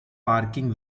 parking